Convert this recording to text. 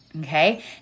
Okay